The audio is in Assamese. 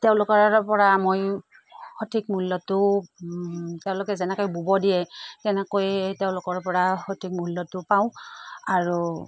তেওঁলোকৰপৰা মই সঠিক মূল্যটো তেওঁলোকে যেনেকৈ বব দিয়ে তেনেকৈয়ে তেওঁলোকৰপৰা সঠিক মূল্যটো পাওঁ আৰু